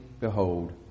Behold